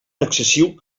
excessiu